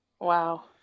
Wow